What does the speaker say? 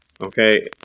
Okay